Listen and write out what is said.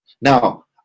Now